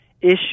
issue